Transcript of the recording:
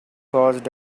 caused